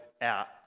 out